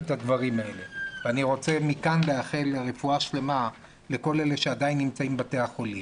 אני רוצה לאחל מכאן רפואה שלמה לכל מי שעדיין נמצא בבתי החולים.